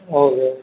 okay